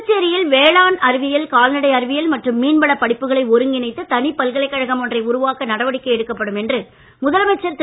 புதுச்சேரியில் வேளாண் அறிவியல் கால்நடை அறிவியல் மற்றும் மீன்வளப் படிப்புகளை ஒருங்கிணைத்து தனிப் பல்கலைக்கழகம் ஒன்றை உருவாக்க நடவடிக்கை எடுக்கப்படும் என்று முதலமைச்சர் திரு